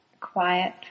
quiet